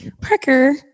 Parker